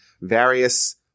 various